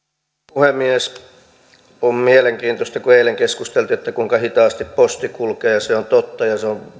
puhemies on mielenkiintoista kun eilen keskusteltiin että kuinka hitaasti posti kulkee se on totta ja se on